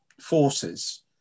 forces